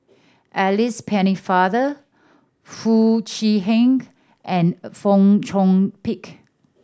Alice Pennefather Foo Chee Han and Fong Chong Pik